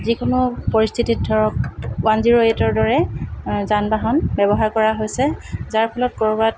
যিকোনো পৰিস্থিতত ধৰক ওৱান জিৰ' এইটৰ দৰে যান বাহন ব্যৱহাৰ কৰা হৈছে যাৰ ফলত ক'ৰবাত